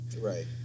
right